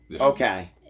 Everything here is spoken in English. Okay